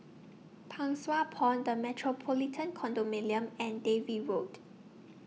Pang Sua Pond The Metropolitan Condominium and Dalvey Road